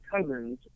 Cousins